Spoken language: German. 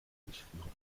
durchführen